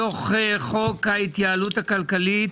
מתוך חוק ההתייעלות הכלכלית,